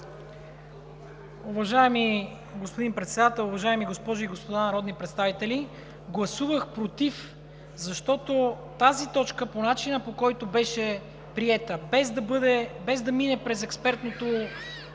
Уважаеми господин Председател, уважаеми госпожи и господа народни представители! Гласувах „против“, защото тази точка по начина, по който беше приета – без да мине през експертното